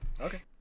Okay